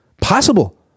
Possible